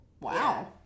Wow